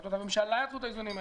החלטות הממשלה יצרו את האיזונים.